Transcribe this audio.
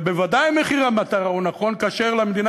ובוודאי מחיר המטרה הוא נכון כאשר למדינה